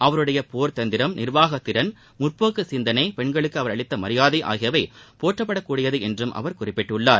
அவருடைய போர் தந்திரம் நிர்வாகத் திறன் முற்போக்கு சிந்தனை பெண்களுக்கு அவர் அளித்த மரியாதை ஆகியவை போற்றப்படக்கூடியது என்றும் அவர் குறிப்பிட்டுள்ளார்